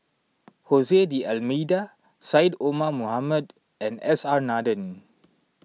Jose D'Almeida Syed Omar Mohamed and S R Nathan